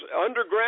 underground